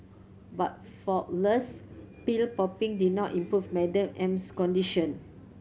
but faultless pill popping did not improve Madam M's condition